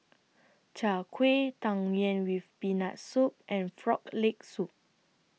Chai Kuih Tang Yuen with Peanut Soup and Frog Leg Soup